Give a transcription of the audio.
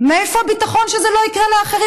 מאיפה הביטחון שזה לא יקרה לאחרים?